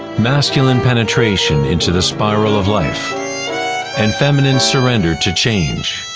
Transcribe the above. masculine penetration into the spiral of life and feminine surrender to change.